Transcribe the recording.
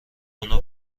اونو